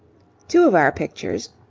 two of our pictures,